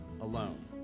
alone